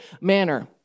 manner